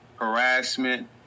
harassment